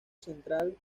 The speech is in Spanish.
central